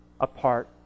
apart